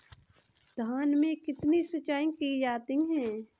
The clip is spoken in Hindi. धान में कितनी सिंचाई की जाती है?